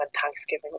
Thanksgiving